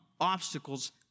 obstacles